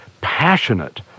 passionate